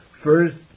First